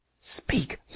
Speak